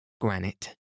granite